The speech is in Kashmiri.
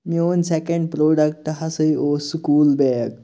میون سیٚکَنٛڈ پروڈَکٹ ہَسا اوس سکوٗل بیگ